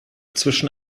zwischen